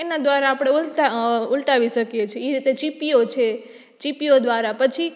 એના દ્વારા આપણે ઉલટાવી શકીએ છીએ ઈ રીતે ચીપિયો છે ચીપિયા દ્વારા પછી